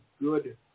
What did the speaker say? good